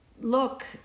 Look